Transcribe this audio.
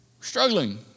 Struggling